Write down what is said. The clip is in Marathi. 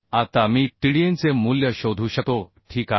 आता मी Tdnचे मूल्य शोधू शकतो ठीक आहे